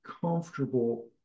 comfortable